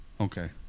Okay